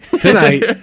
Tonight